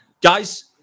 guys